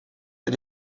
des